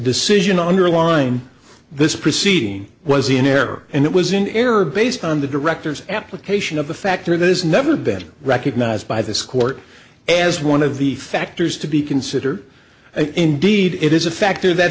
decision underlying this proceeding was in error and it was in error based on the director's application of a factor that has never been recognized by this court as one of the factors to be considered indeed it is a factor that